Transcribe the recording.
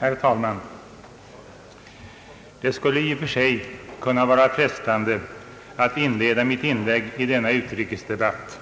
Herr talman! Det skulle i och för sig kunna vara frestande att inleda mitt inlägg i denna utrikesdebatt